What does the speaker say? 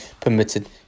permitted